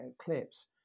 eclipse